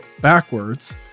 backwards